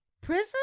Prison